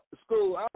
school